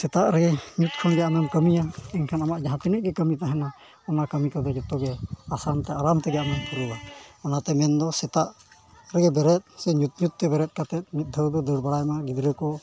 ᱥᱮᱛᱟᱜ ᱨᱮ ᱧᱩᱛ ᱠᱷᱚᱱᱜᱮ ᱟᱢᱮᱢ ᱠᱟᱹᱢᱤᱭᱟ ᱮᱱᱠᱷᱟᱱ ᱟᱢᱟᱜ ᱡᱟᱦᱟᱸ ᱛᱤᱱᱟᱹᱜ ᱜᱮ ᱠᱟᱹᱢᱤ ᱛᱟᱦᱮᱱᱟ ᱚᱱᱟ ᱠᱟᱹᱢᱤ ᱠᱚᱫᱚ ᱡᱚᱛᱚ ᱜᱮ ᱟᱥᱟᱱ ᱛᱮ ᱟᱨᱟᱢ ᱛᱮᱜᱮ ᱟᱢᱮᱢ ᱯᱩᱨᱟᱹᱣᱟ ᱚᱱᱟᱛᱮ ᱢᱮᱱᱫᱚ ᱥᱮᱛᱟᱜ ᱨᱮ ᱵᱮᱨᱮᱫ ᱥᱮ ᱧᱩᱛ ᱧᱩᱛ ᱛᱮ ᱵᱮᱨᱮᱫ ᱠᱟᱛᱮᱫ ᱢᱤᱫ ᱫᱷᱟᱣ ᱫᱚ ᱫᱟᱹᱲ ᱵᱟᱲᱟᱭ ᱢᱟ ᱜᱤᱫᱽᱨᱟᱹ ᱠᱚ